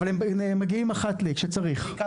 אבל הם מגיעים אחת ל-, כשצריך, ובעיקר